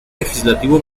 legislativo